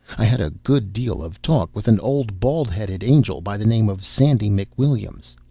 i had a good deal of talk with an old bald-headed angel by the name of sandy mcwilliams.